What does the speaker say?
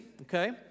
okay